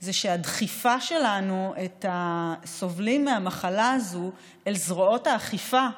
זה שהדחיפה שלנו את הסובלים מהמחלה הזאת אל זרועות האכיפה,